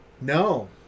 No